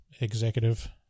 executive